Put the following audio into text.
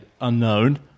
unknown